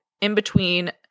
in-between